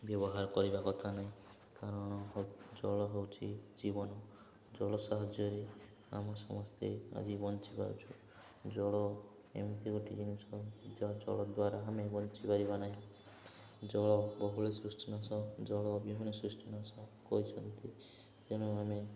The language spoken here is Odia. ବ୍ୟବହାର କରିବା କଥା ନାହିଁ କାରଣ ଜଳ ହେଉଛି ଜୀବନ ଜଳ ସାହାଯ୍ୟରେ ଆମେ ସମସ୍ତେ ଆଜି ବଞ୍ଚିପାରୁଛୁ ଜଳ ଏମିତି ଗୋଟିେ ଜିନିଷ ଜଳ ଦ୍ୱାରା ଆମେ ବଞ୍ଚିପାରିବା ନାହିଁ ଜଳ ବହୁଳ ସୃଷ୍ଟି ନାଶ ଜଳ ବିହୁନେ ସୃଷ୍ଟି ନାଶ କହିଛନ୍ତି ତେଣୁ ଆମେ